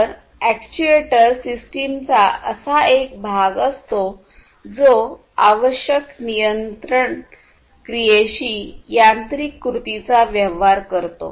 तर अॅक्ट्युएटर सिस्टमचा असा एक भाग असतो जो आवश्यक नियंत्रण क्क्रियेशी यांत्रिक कृतीचा व्यवहार करतो